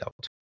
out